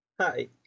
Hi